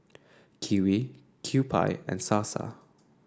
Kiwi Kewpie and Sasa